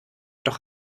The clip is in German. doch